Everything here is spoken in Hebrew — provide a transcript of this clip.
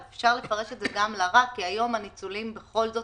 אבל אפשר לפרש את זה גם לרע כי היום הניצולים בכל זאת